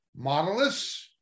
modelists